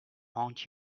haunt